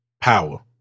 Power